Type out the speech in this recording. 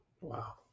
wow